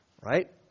right